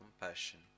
compassion